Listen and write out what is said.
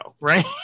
right